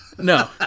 No